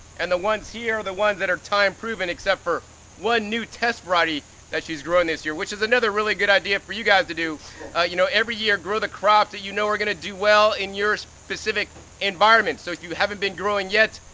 and the ones here are the ones that are time proven except for one new test variety that she's growing this year which is another really good idea for you guys to do ah you know, every year, grow the crop that you know are gonna do well in your specific environment. so if you haven't been growing yet,